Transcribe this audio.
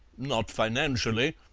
not financially,